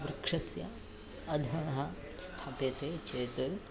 वृक्षस्य अधः स्थाप्यते चेत्